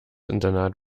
internat